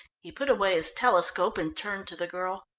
he put away his telescope and turned to the girl.